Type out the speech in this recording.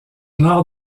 nord